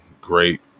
Great